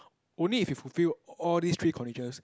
only if you fulfill all these three conditions